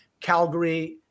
Calgary